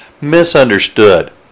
misunderstood